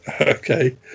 okay